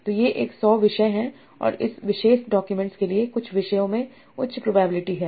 तो ये एक सौ विषय हैं और इस विशेष डॉक्यूमेंट्स के लिए कुछ विषयों में उच्च प्रोबेबिलिटी है